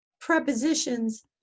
prepositions